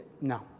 no